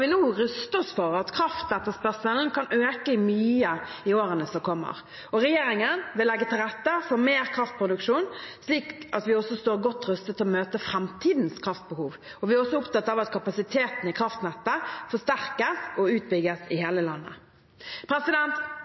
ruste oss for at kraftetterspørselen kan øke mye i årene som kommer. Regjeringen vil legge til rette for mer kraftproduksjon, slik at vi også står godt rustet til å møte framtidens kraftbehov. Vi er også opptatt av at kapasiteten i kraftnettet forsterkes og utbygges i hele landet.